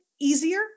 easier